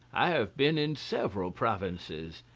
i have been in several provinces.